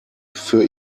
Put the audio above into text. für